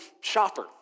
shopper